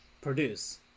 produce